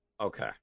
Okay